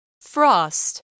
FROST